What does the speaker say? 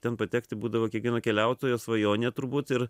ten patekti būdavo kiekvieno keliautojo svajonė turbūt ir